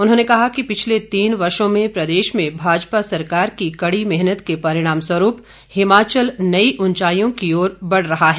उन्होंने कहा कि पिछले तीन वर्षो में प्रदेश में भाजपा सरकार की कड़ी मेहनत के परिणामस्वरूप हिमाचल नई ऊंचाईयों की ओर बढ़ रहा है